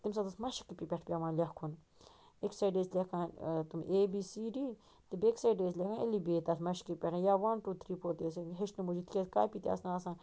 تہٕ تمہِ ساتہٕ ٲسۍ مشکہِ پٮ۪ٹھ پیٚوان لیٚکھُن اَکہِ سایڈٕ ٲسۍ لیٚکھان تٔمۍ اے بی سی ڈی تہٕ بیٚکہِ سایڈٕ ٲسۍ لیٚکھان ألف ب تَتھ مشکہِ پیٹھ یا وَن توٗ تھری فور تہِ ٲسِکھ ییٚچھ نہٕ موٗجوٗب تِکیٛازِ کاپی تہِ آسہٕ نہٕ آسان